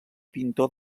pintor